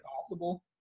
possible